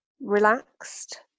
relaxed